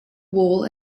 wool